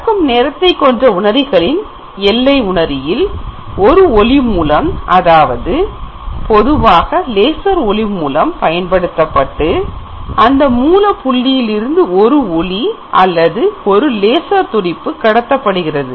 பறக்கும் நேரத்தைக்கொண்ட உணரிகளின் எல்லை உணரியில் ஒரு ஒளி மூலம் அதாவது பொதுவாக லேசர் ஒளி மூலம் பயன்படுத்தப்பட்டு அந்த மூல புள்ளியிலிருந்து ஒரு ஒளி அல்லது ஒரு லேசர் துடிப்பு கடத்தப்படுகிறது